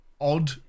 odd